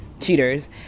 cheaters